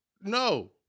No